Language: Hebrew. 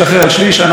בידינו היא.